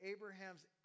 Abraham's